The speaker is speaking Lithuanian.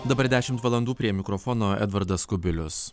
dabar dešimt valandų prie mikrofono edvardas kubilius